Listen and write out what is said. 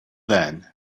then